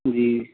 جی